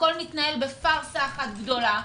הכול מתנהל בפארסה אחת גדולה.